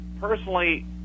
personally